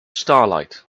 starlight